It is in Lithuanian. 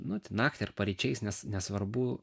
nu ten naktį ar paryčiais ne nesvarbu